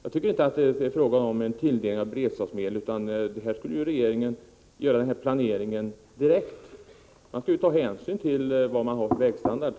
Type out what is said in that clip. Jag tycker inte att det skall vara fråga om tilldelning av beredskapsmedel. Regeringen borde göra någon planering direkt. Man skall ju ta hänsyn till vad man har för vägstandard.